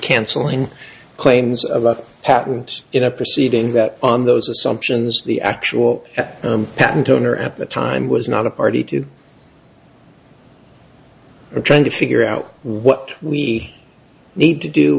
canceling claims of a patent in a proceeding that on those assumptions the actual patent owner at the time was not a party to trying to figure out what we need to do